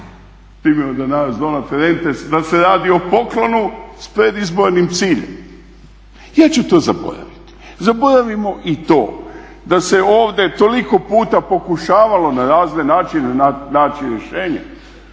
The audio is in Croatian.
problema zato što se smatra … da se radi o poklonu s predizbornim ciljem. Ja ću to zaboraviti, zaboravimo i to da se ovdje toliko puta pokušavalo na razne načine način rješenje